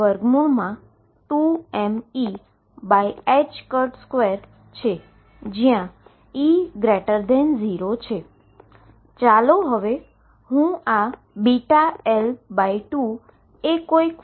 ચાલો હું આ βL2 એ કોઈક ફંક્શન છે જે X tan X બરાબર છે